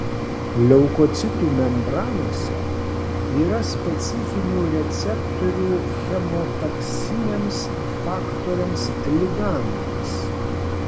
leukocitų membranose yra specifinių receptorių chemotaksiniams faktoriams ligandams